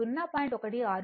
కాబట్టి 0